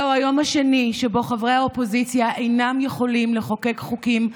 זהו היום השני שבו חברי האופוזיציה אינם יכולים לחוקק חוקים,